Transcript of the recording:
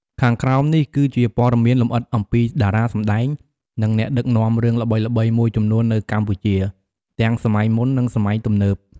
ខាងក្រោមនេះគឺជាព័ត៌មានលម្អិតអំពីតារាសម្តែង និងអ្នកដឹកនាំរឿងល្បីៗមួយចំនួននៅកម្ពុជា ទាំងសម័យមុន និងសម័យទំនើប។